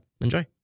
enjoy